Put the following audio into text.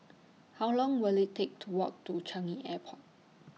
How Long Will IT Take to Walk to Changi Airport